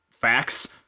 facts